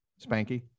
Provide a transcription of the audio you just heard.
Spanky